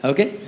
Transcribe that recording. Okay